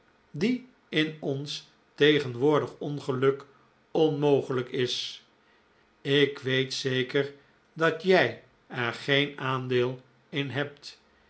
die in ons tegenwoordig ongeluk onmogelijk is ik weet zeker dat jij er geen aandeel in hebt